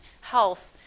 health